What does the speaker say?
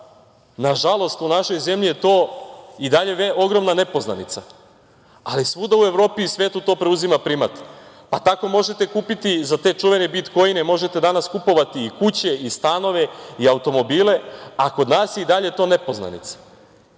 Nažalost, u našoj zemlji je to i dalje ogromna nepoznanica, ali svuda u Evropi i svetu to preuzima primat. Tako danas možete kupovati za te čuvene bitkoine i kuće i stanove i automobile, a kod nas je to i dalje nepoznanica.